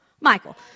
Michael